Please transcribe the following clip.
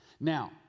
Now